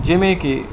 ਜਿਵੇਂ ਕਿ